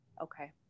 Okay